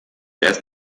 erst